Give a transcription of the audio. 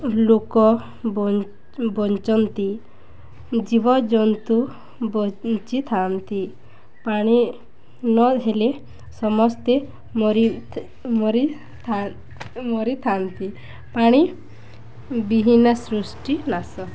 ଲୋକ ବଞ୍ଚନ୍ତି ଜୀବଜନ୍ତୁ ବଞ୍ଚିଥାନ୍ତି ପାଣି ନ ହେଲେ ସମସ୍ତେ ମରିଥାନ୍ତି ପାଣି ବିହନେ ସୃଷ୍ଟି ନାଶ